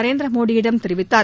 நரேந்திர மோடியிடம் தெரிவித்தார்